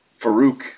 Farouk